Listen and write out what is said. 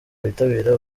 bitabira